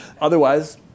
Otherwise